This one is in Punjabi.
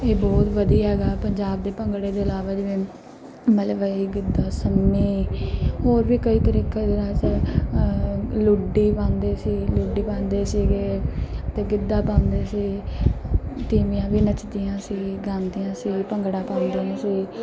ਇਹ ਬਹੁਤ ਵਧੀਆ ਗਾ ਪੰਜਾਬ ਦੇ ਭੰਗੜੇ ਦੇ ਇਲਾਵਾ ਜਿਵੇਂ ਮਲਵਈ ਗਿੱਧਾ ਸੰਮੀ ਹੋਰ ਵੀ ਕਈ ਤਰੀਕੇ ਦੇ ਨਾਚ ਹੈ ਲੁੱਡੀ ਪਾਉਂਦੇ ਸੀ ਲੁੱਡੀ ਪਾਉਂਦੇ ਸੀਗੇ ਅਤੇ ਗਿੱਧਾ ਪਾਉਂਦੇ ਸੀ ਤੀਵੀਆਂ ਵੀ ਨੱਚਦੀਆਂ ਸੀ ਗਾਉਂਦੀਆਂ ਸੀ ਭੰਗੜਾ ਪਾਉਂਦੀਆਂ ਸੀ